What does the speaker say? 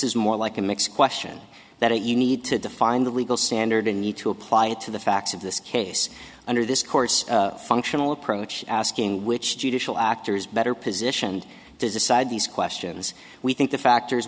is more like a mix question that you need to define the legal standard in need to apply it to the facts of this case under this course functional approach asking which judicial actor is better positioned to decide these questions we think the factors